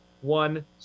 one